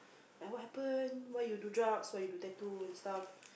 like what happen why you do drugs why you do tattoo and stuff